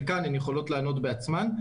והן יכולות לענות בעצמן.